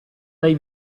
dai